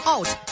Out